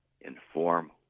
inform